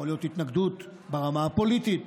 יכולה להיות התנגדות ברמה הפוליטית.